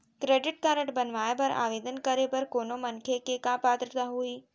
Credit card बनवाए बर आवेदन करे बर कोनो मनखे के का पात्रता होही?